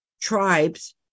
tribes